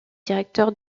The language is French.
directeur